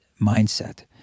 mindset